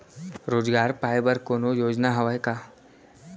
रोजगार पाए बर कोनो योजना हवय का?